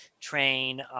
train